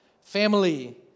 family